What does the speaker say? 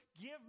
give